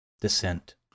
descent